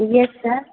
yes sir